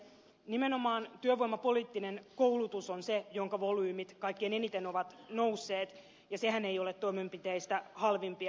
nimenomaan työvoimapoliittinen koulutus on se jonka volyymit kaikkein eniten ovat nousseet ja sehän ei ole toimenpiteistä halvimpia